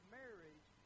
marriage